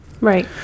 Right